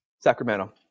Sacramento